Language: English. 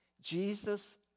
Jesus